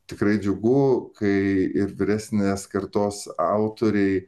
tikrai džiugu kai ir vyresnės kartos autoriai